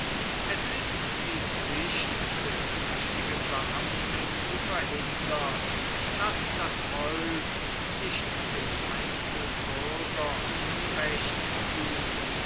es ist die pflicht des tüchtigen beamten zu verhindern daß das volk nicht dem einzelnen bürger unrecht tut